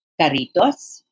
Caritos